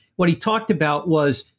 what he talked about was,